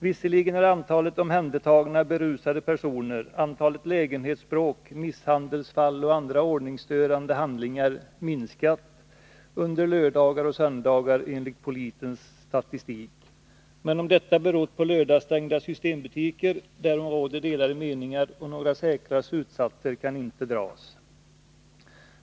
Visserligen har antalet omhändertagna berusade personer, antalet lägenhetsbråk, misshandelsfall och andra ordningsstörande handlingar enligt polisens statistik minskat under lördagar och söndagar, men om detta har berott på lördagsstängda systembutiker råder det delade meningar om, och några säkra slutsatser kan inte dras.